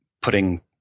putting